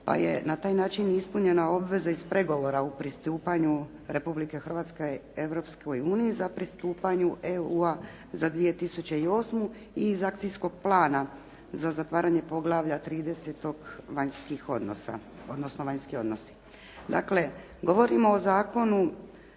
pa je na taj način ispunjena obveza iz pregovora o pristupanju Republike Hrvatske Europskoj uniji za pristupanje EU-a za 2008. i iz Akcijskog plana za zatvaranje poglavlja 30 – Vanjski odnosi. Dakle, govorimo o Zakonu